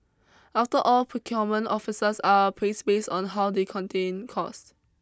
after all procurement officers are appraised based on how they contain costs